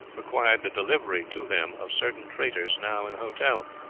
required the delivery to them of certain traitors now in the hotel.